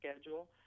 schedule